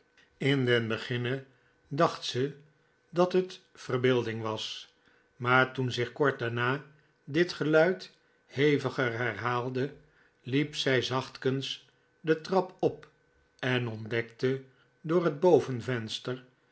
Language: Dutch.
in den beginne dacht zij dat net verbeelding was maar toen zicli kort daarna dit geluid heviger herhaalde liep zij zachtkens de trap op en ontdekte door het